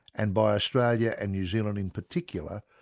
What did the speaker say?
and by australia and new zealand in particular,